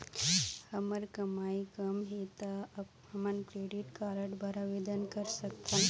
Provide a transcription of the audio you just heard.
हमर कमाई कम हे ता हमन क्रेडिट कारड बर आवेदन कर सकथन?